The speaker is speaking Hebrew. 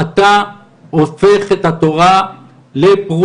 אתה הופך את התורה לפרוטות,